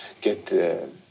get